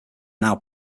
now